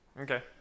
Okay